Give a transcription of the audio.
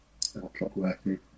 Clockworky